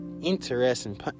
interesting